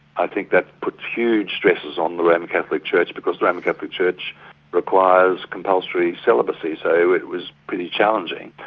i think that puts huge stresses on the roman catholic church because the roman catholic church requires compulsory celibacy so it was pretty challenging.